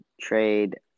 trade